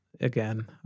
again